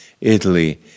Italy